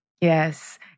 Yes